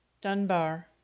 dunbar